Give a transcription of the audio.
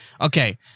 okay